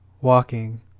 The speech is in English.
walking